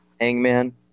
Hangman